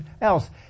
else